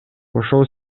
ошол